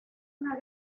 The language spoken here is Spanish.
una